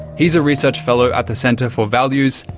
he's a research fellow at the centre for values,